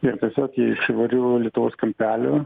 jiem tiesiog jie iš įvairių lietuvos kampelių